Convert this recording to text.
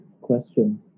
question